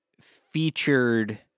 featured